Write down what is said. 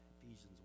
ephesians